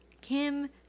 Kim